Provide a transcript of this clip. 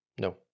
no